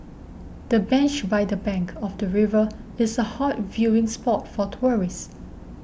the bench by the bank of the river is a hot viewing spot for tourists